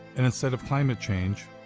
and instead of climate change,